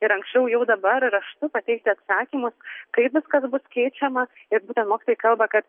ir anksčiau jau dabar raštu pateikti atsakymus kaip viskas bus keičiama ir būtent mokytojai kalba kad